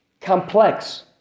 complex